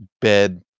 Bed